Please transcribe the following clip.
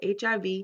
HIV